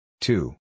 Two